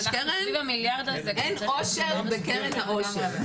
יש קרן, אין עושר בקרן העושר.